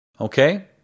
Okay